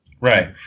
Right